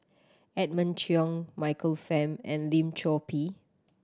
Edmund Cheng Michael Fam and Lim Chor Pee